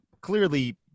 clearly –